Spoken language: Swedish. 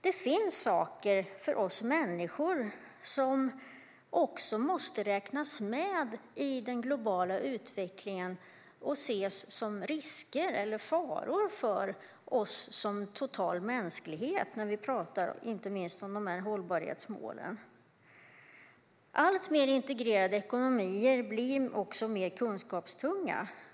Det finns saker för oss människor som också måste räknas med i den globala utvecklingen och ses som risker eller faror för mänskligheten, inte minst när vi talar om de här hållbarhetsmålen. Alltmer integrerade ekonomier blir också mer kunskapstunga.